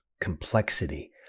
complexity